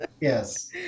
yes